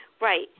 Right